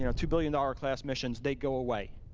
you know two billion dollar class missions, they go away.